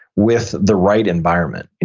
with the right environment. and